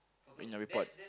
in your report